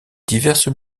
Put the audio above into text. diverses